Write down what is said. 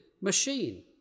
machine